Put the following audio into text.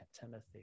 Timothy